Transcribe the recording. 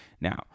Now